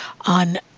on